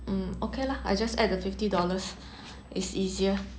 mm okay lah I just add the fifty dollars it's easier